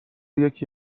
یکی